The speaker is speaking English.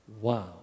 Wow